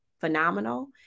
phenomenal